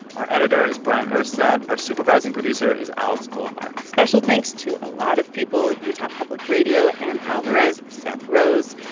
our editor is bryant urstadt. our supervising producer is alex goldmark special thanks to a lot of people utah public radio, anne alvarez, seth rose,